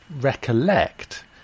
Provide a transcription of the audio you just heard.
recollect